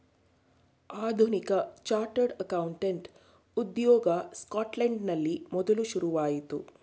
ಆಧುನಿಕ chartered accountant ಉದ್ಯೋಗ ಸ್ಕಾಟ್ಲೆಂಡಿನಲ್ಲಿ ಮೊದಲು ಶುರುವಾಯಿತು